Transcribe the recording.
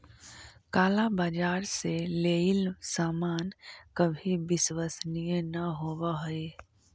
काला बाजार से लेइल सामान कभी विश्वसनीय न होवअ हई